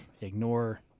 ignore